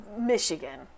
Michigan